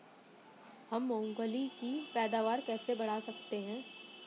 हम मूंगफली की पैदावार कैसे बढ़ा सकते हैं?